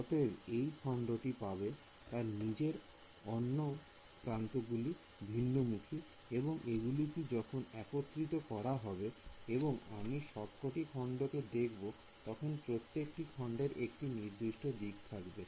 অতএব এই খণ্ডটি পাবে তার নিজের অন্যপ্রান্ত গুলি ভিন্ন মুখী এবং এগুলো কি যখন একত্রিত করা হবে এবং আমি সবকটি খণ্ডকে দেখব তখন প্রত্যেকটি খন্ডের একটি নির্দিষ্ট দিক থাকবে